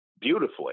beautifully